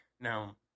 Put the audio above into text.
Now